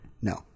No